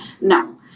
No